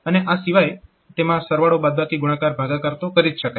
અને આ સિવાય તેમાં સરવાળો બાદબાકી ગુણાકાર ભાગાકાર તો કરી જ શકાય છે